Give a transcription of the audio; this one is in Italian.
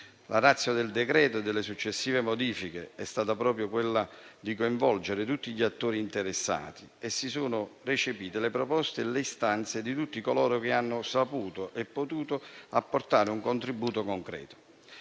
La *ratio* del decreto-legge e delle sue successive modifiche è stata proprio quella di coinvolgere tutti gli attori interessati. Per questo si sono recepite le proposte e le istanze di tutti coloro che hanno saputo e potuto apportare un contributo concreto: